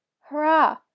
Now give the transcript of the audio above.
hurrah